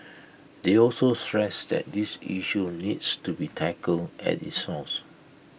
they also stressed that this issue needs to be tackled at its source